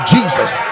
Jesus